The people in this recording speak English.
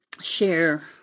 share